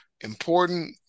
important